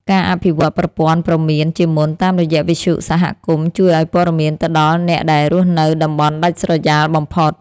ការអភិវឌ្ឍប្រព័ន្ធព្រមានជាមុនតាមរយៈវិទ្យុសហគមន៍ជួយឱ្យព័ត៌មានទៅដល់អ្នកដែលរស់នៅតំបន់ដាច់ស្រយាលបំផុត។